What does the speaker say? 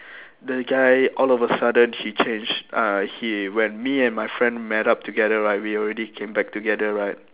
the guy all of a sudden he changed uh he when me and my friend met up together right we already came back together right